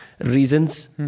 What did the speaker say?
reasons